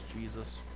Jesus